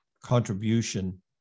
contribution